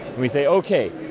we say ok.